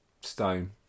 stone